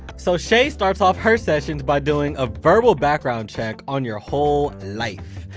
so shay starts off her sessions by doing a verbal background check on your whole life.